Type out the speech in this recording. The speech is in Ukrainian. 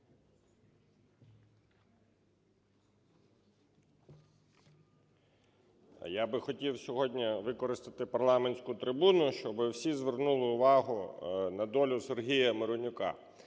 Я би хотів сьогодні використати парламентську трибуну, щоби всі звернули увагу на долю Сергію Миронюка.